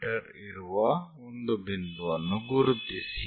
me ಇರುವ ಒಂದು ಬಿಂದುವನ್ನು ಗುರುತಿಸಿ